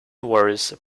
wars